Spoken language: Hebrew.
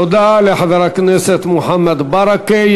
תודה לחבר הכנסת מוחמד ברכה.